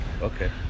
Okay